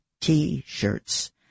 T-shirts